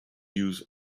use